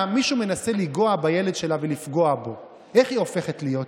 באותו באותה ישיבה היא אמרה: